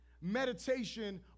meditation